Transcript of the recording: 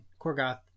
Korgoth